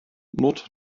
nord